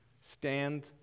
stand